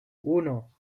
uno